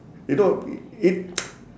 you know i~ it